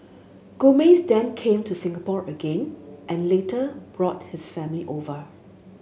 Gomez then came to Singapore again and later brought his family over